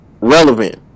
relevant